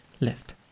left